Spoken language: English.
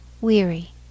Weary